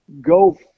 go